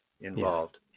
involved